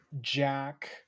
Jack